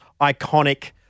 iconic